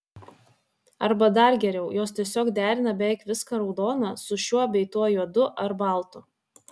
arba dar geriau jos tiesiog derina beveik viską raudoną su šiuo bei tuo juodu ar baltu